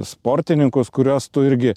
sportininkus kuriuos tu irgi